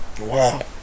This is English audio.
Wow